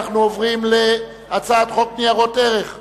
אנחנו עוברים להצעת חוק ניירות ערך (תיקון,